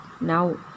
now